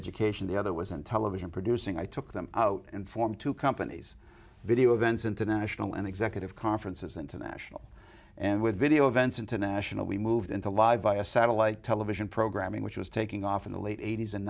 education the other was in television producing i took them out and form two companies video events international and executive conferences international and with video events international we moved into live via satellite television programming which was taking off in the late eighty's and